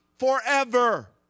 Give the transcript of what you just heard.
forever